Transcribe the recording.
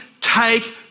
take